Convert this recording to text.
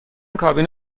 کابین